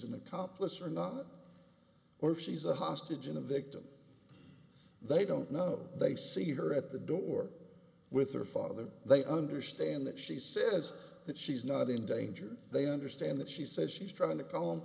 an accomplice or not or if she's a hostage in a victim they don't know they see her at the door with their father they understand that she says that she's not in danger they understand that she said she's trying to cal